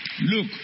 Look